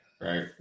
right